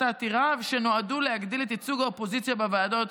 העתירה ואשר שנועדו להגדיל את ייצוג האופוזיציה בוועדות"